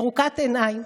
ירוקת עיניים.